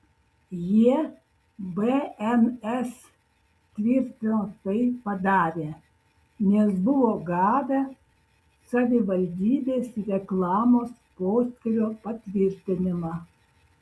jie bns tvirtino tai padarę nes buvo gavę savivaldybės reklamos poskyrio patvirtinimą